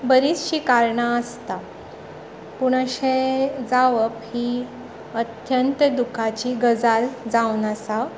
बरीचशीं कारणां आसता पूण अशें जावप ही अत्यंत दुखाची गजाल जावन आसा